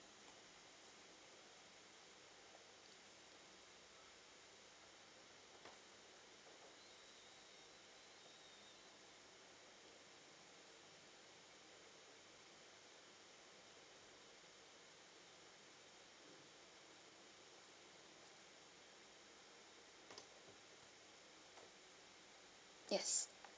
yes